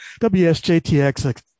WSJTX